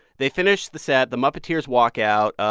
they finish the set. the muppeteers walk out.